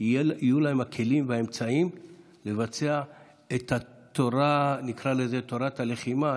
יהיו להם הכלים והאמצעים לבצע את תורת הלחימה,